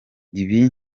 ibi